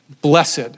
Blessed